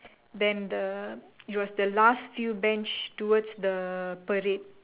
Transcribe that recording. then the it was the last few bench towards the Parade